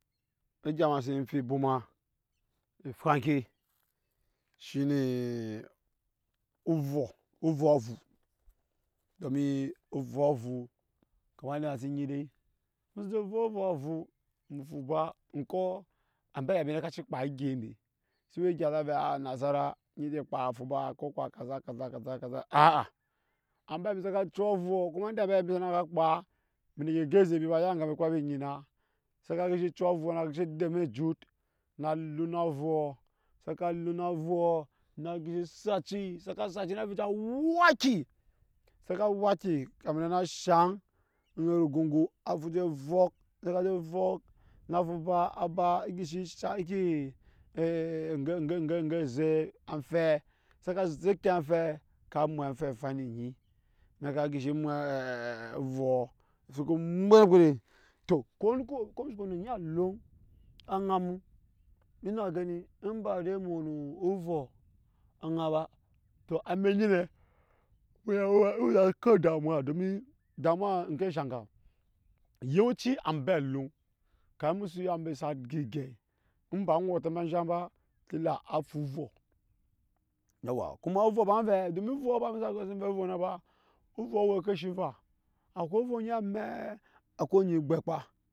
Egyama senifi bwoma efwa nke shinee ovɔ wo ovoɔ avuu, domin kamar inde ema sen nyi dai emuje fok ovɔɔ avu emu fuba onkoɔ ambe aya mbi na ka cii kpaa egye embe so we egya na vɛɛ a a anasara ni je kpaa a fuba ko kuwa kaza kaza kaza aa ambe aya mbi sa k cu avuukuwa inde ambe ayambi sa na kpaa embi ne ke go eze, embiba ya enga ambe ejut na luu avuɔ sa ka lun avoɔ sa ka lun auuɔ na dishi sat ci sa ka sat na vica waki sa ka waki kamin na na shaŋ eyo ogongo afuje a vok, sa ka je avok na fu ba a ba a disi shaŋ ki e zek afɛ sa ka zeki afɛɛ efan ne nyi na ka gishi mwɛ avuɔ emu so ko mwe alum anamu ina gani in ba dai emu woo no ovoɔ anaa ba emɛk nyi emi ko damuwa domin o damuwa we shaŋga yawanci ambe alum kamin emu suya embe sa gya egyei on baa anoot emu anzhan ba kila a fu ovɔ yau waa kuma ovɔba wai vɛɛ domin ovo emi sa ya ke ne ba ovoɔ we ekashi eva akwai ovo ayi amɛɛ akwai onyi kbɛkpa.